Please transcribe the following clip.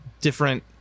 different